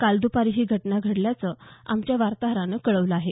काल दुपारी ही घटना घडल्याचं आमच्या वार्ताहरानं कळवलं आहे